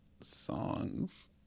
songs